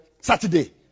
Saturday